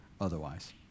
otherwise